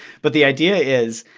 but the idea is,